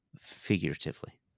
figuratively